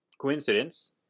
coincidence